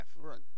Right